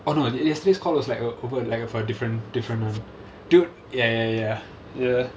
oh no yesterday's call was like a over a like a for a different different one dude ya ya ya ya